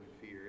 fear